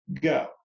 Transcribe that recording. go